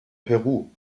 peru